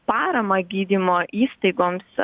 paramą gydymo įstaigoms